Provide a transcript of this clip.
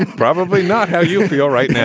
probably not how you feel right now